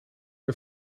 een